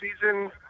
season